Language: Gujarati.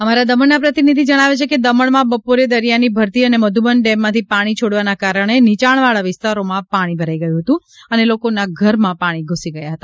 અમારા દમણના પ્રતિનિધિ જણાવે છે કે દમણમાં બપોરે દરિયાની ભરતી અને મધુબન ડેમમાંથી પાણી છોડવાના કારણે નીચાણવાળા વિસ્તારોમાં પાણી ભરાઈ ગયું હતું અને લોકોના ઘરમાં પાણી ઘુસી ગયા હતા